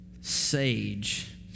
sage